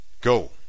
Go